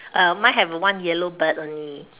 uh mine have a one yellow bird only